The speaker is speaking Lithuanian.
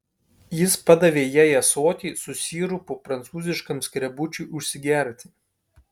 jis padavė jai ąsotį su sirupu prancūziškam skrebučiui užsigerti